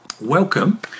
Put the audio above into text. welcome